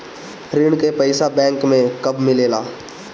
ऋण के पइसा बैंक मे कब मिले ला?